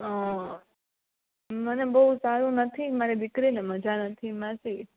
હ મને બહુ સારું નથી મારી દીકરીને મજા નથી માસી